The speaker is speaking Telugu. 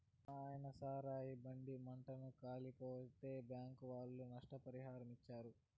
మాయన్న సారాయి బండి మంటల్ల కాలిపోతే బ్యాంకీ ఒళ్ళు నష్టపరిహారమిచ్చారు